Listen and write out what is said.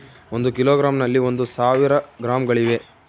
ಒಂದು ಕಿಲೋಗ್ರಾಂ ನಲ್ಲಿ ಒಂದು ಸಾವಿರ ಗ್ರಾಂಗಳಿವೆ